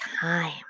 time